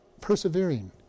persevering